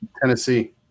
Tennessee